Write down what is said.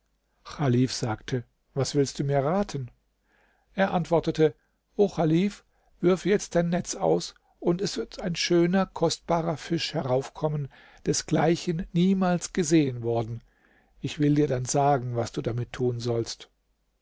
chalif sagte was willst du mir raten er antwortete o chalif wirf jetzt dein netz aus und es wird ein schöner kostbarer fisch heraufkommen desgleichen niemals gesehen worden ich will dir dann sagen was du damit tun sollst